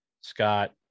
Scott